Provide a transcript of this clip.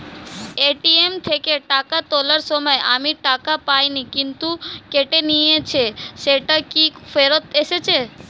ATM থেকে টাকা তোলার সময় আমি টাকা পাইনি কিন্তু কেটে নিয়েছে সেটা কি ফেরত এসেছে?